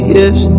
yes